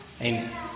Amen